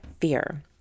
fear